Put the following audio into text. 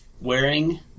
wearing